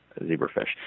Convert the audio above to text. zebrafish